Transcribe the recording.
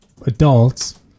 adults